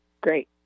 Great